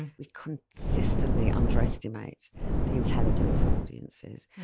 and we consistently underestimate the intelligence of audiences.